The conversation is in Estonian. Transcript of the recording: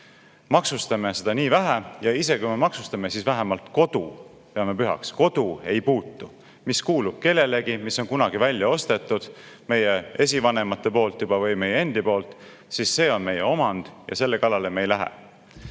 maksustame seda vähe, ja isegi kui me maksustame, siis vähemalt kodu peame pühaks, kodu ei puutu. Mis kuulub kellelegi, mis on kunagi juba välja ostetud meie esivanemate või meie endi poolt, see on meie omand ja selle kallale me ei lähe.